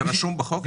זה רשום בחוק?